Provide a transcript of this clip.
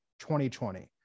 2020